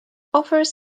offers